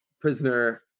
prisoner